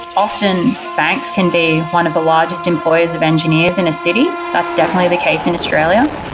often, banks can be one of the largest employees of engineers in a city. that's definitely the case in australia,